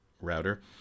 router